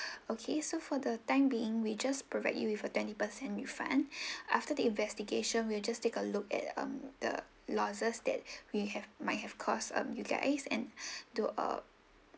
okay so for the time being we'll just provide you with a twenty percent refund after the investigation will just take a look at um the losses that we have might have cost um you guys and do uh